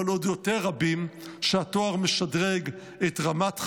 אבל עוד יותר רבים שהתואר משדרג את רמת חייהם,